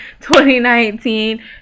2019